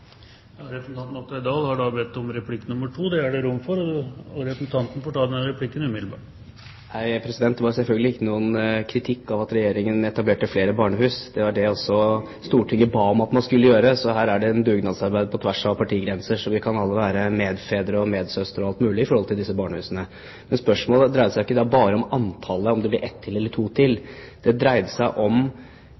Det var selvfølgelig ikke noen kritikk av at Regjeringen etablerte flere barnehus – det var også det Stortinget ba om at man skulle gjøre. Her er det et dugnadsarbeid på tvers av partigrenser, så vi kan alle være medfedre og medsøstre og alt mulig i forhold til disse barnehusene. Spørsmålet dreide seg ikke bare om antallet, om det blir ett eller to til,